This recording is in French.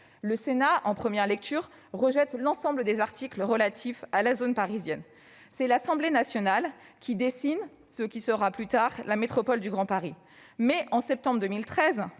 Marseille. En première lecture, le Sénat rejette l'ensemble des articles relatifs à la zone parisienne. C'est l'Assemblée nationale qui dessine ce qui sera plus tard la métropole du Grand Paris, la MGP. En septembre 2013,